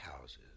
houses